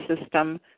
system